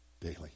Daily